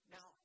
Now